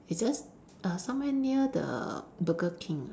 it's just err somewhere near the Burger King